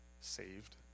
saved